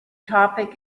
topic